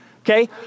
Okay